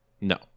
No